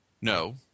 No